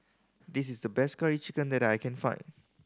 this is the best Curry Chicken that I can find